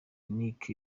nic